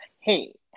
hey